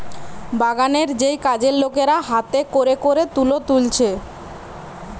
বাগানের যেই কাজের লোকেরা হাতে কোরে কোরে তুলো তুলছে